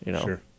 Sure